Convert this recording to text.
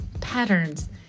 patterns